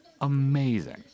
amazing